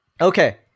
okay